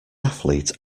athlete